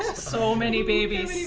so many babies.